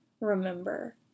remember